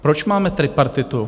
Proč máme tripartitu?